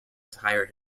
entire